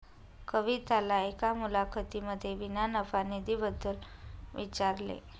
कविताला एका मुलाखतीमध्ये विना नफा निधी बद्दल विचारले